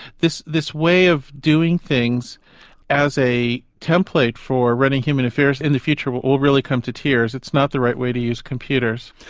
this this way of doing things as a template for running human affairs in the future will will really come to tears. it's not the right way to use computers.